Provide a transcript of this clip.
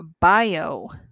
bio